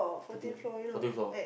thirteen fourteen floor